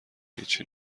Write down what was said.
هیچی